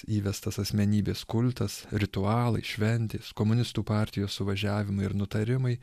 įvestas asmenybės kultas ritualai šventės komunistų partijos suvažiavimai ir nutarimai